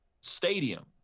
stadium